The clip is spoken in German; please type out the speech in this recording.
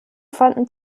fanden